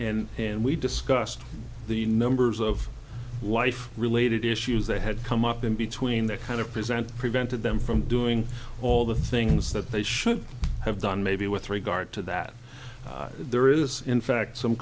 and and we discussed the numbers of life related issues they had come up in between the kind of present prevented them from doing all the things that they should have done maybe with regard to that there is in fact some